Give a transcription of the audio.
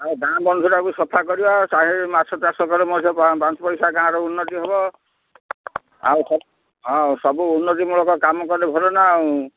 ଆଉ ଗାଁ ବନ୍ଧଟାକୁ ସଫା କରିବା ଚାହିଁଲେ ମାଛ ଚାଷ କଲେ ପାଞ୍ଚ ପଇସା ଗାଁର ଉନ୍ନତି ହବ ଆଉ ହଁ ସବୁ ଉନ୍ନତିମୂଳକ କାମ କଲେ ଭଲ ନା ଆଉ